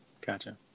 Gotcha